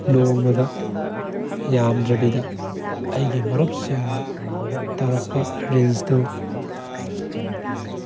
ꯅꯣꯡꯃꯗ ꯌꯥꯝꯗ꯭ꯔꯕꯤꯗ ꯑꯩꯒꯤ ꯃꯔꯨꯞꯁꯤꯡꯅ ꯇꯧꯔꯛꯄ ꯔꯤꯜꯁꯇꯨ